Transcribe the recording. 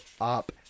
up